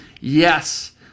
Yes